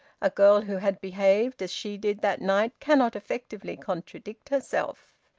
a girl who had behaved as she did that night cannot effectively contradict herself!